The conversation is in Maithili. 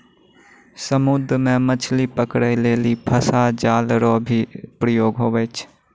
समुद्र मे मछली पकड़ै लेली फसा जाल रो भी प्रयोग हुवै छै